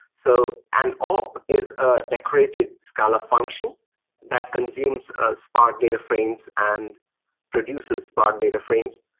so an op is a decorated scala function that consumes as spark data frames and produces spark data frames.